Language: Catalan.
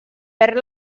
perd